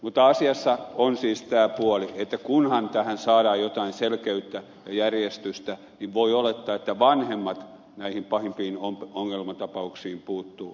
mutta asiassa on siis tämä puoli että kunhan tähän saadaan jotain selkeyttä ja järjestystä niin voi olettaa että vanhemmat näihin pahimpiin ongelmatapauksiin puuttuvat